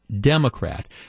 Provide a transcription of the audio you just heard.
Democrat